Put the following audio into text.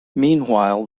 meanwhile